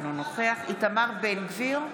אינו נוכח איתמר בן גביר,